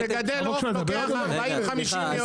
היושב-ראש, לגדל עוף לוקח 50-40 יום.